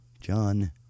John